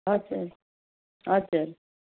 हजुर हजुर